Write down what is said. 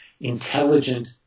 intelligent